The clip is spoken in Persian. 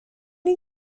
این